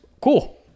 cool